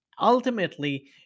ultimately